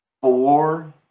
four